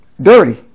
dirty